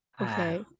Okay